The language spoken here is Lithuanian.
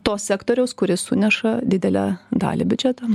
to sektoriaus kuris suneša didelę dalį biudžetan